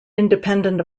independent